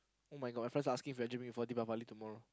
[oh]-my-god my friend's asking for Deepavali tomorrow